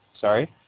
Sorry